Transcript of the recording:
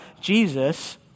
Jesus